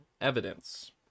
evidence